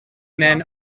men